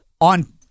on